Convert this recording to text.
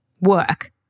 work